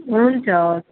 हुन्छ हवस्